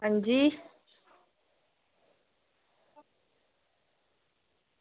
अंजी